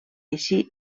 així